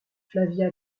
flavia